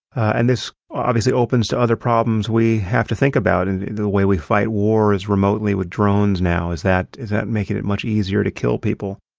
and this, obviously opens to other problems we have to think about and the way we fight wars remotely with drones now is that is that making it much easier to kill people?